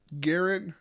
Garrett